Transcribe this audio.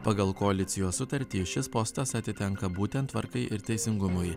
pagal koalicijos sutartį šis postas atitenka būtent tvarkai ir teisingumui